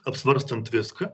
apsvarstant viską